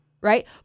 Right